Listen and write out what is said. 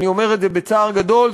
אני אומר את זה בצער גדול,